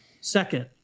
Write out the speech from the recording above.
second